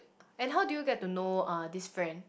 and how do you get to know uh this friend